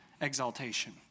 exaltation